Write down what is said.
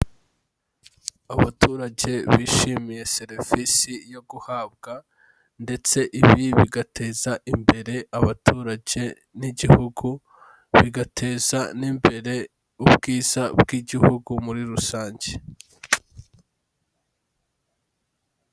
Abaturage bishimiye serivisi yo guhabwa ndetse ibi bigateza imbere abaturage n'igihugu, bigateza n'imbere ubwiza bw'igihugu muri rusange.